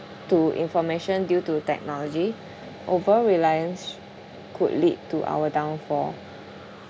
to information due to technology over reliance could lead to our downfall